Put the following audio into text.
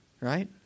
right